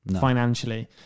financially